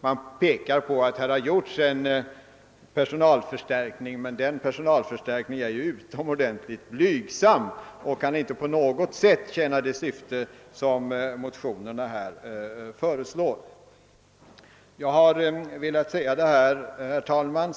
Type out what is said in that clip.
Man pekar på att här har gjorts en personalförstärkning. Denna personalförstärkning är emellertid utomordentligt blygsam och kan inte på något sätt tjäna det syfte som motionerna här anger. Som jag sade förut, herr talman,